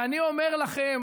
ואני אומר לכם